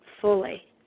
fully